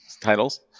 titles